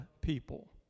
people